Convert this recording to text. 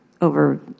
over